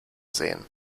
sehen